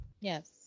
Yes